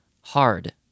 hard